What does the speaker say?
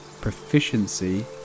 Proficiency